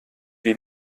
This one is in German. die